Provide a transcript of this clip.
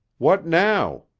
what now?